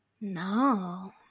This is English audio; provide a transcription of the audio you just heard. No